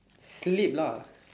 sleep lah